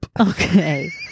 Okay